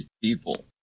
people